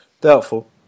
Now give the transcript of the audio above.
Doubtful